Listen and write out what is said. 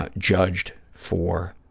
ah judged for